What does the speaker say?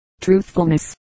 truthfulness